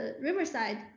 Riverside